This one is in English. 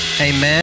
Amen